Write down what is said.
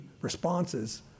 responses